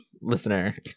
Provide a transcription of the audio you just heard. Listener